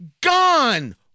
Gone